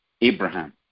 Abraham